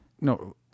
No